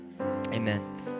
Amen